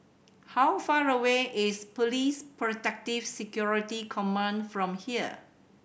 how far away is Police Protective Security Command from here